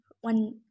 one